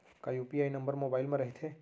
का UPI number mobile म रहिथे?